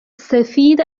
سفید